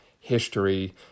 history